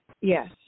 Yes